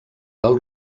del